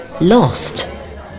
lost